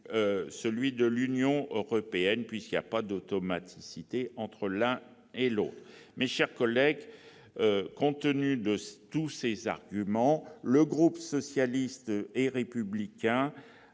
venu, l'Union européenne puisqu'il n'y a pas d'automaticité entre ces deux processus. Mes chers collègues, compte tenu de tous ces arguments, le groupe socialiste et républicain